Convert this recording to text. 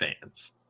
fans